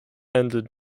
ended